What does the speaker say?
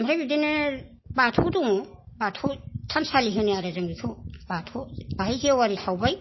ओमफ्राय बिदिनो बाथौ दं बेखौ थानसालि होनो आरो जों बेखौ बाथौ बेवहाय जेवारि सावबाय